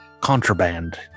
contraband